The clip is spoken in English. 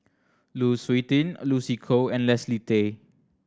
Lu Suitin Lucy Koh and Leslie Tay